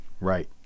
Right